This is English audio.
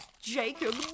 Jacob